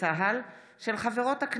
(תיקון מס' 30 והוראת שעה),